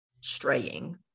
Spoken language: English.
straying